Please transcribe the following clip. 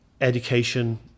education